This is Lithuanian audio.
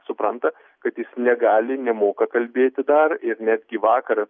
supranta kad jis negali nemoka kalbėti dar ir netgi vakar